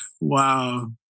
Wow